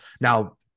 now